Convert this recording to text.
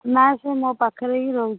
ନା ସେ ମୋ ପାଖରେ ହିଁ ରହୁଛି